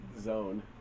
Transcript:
zone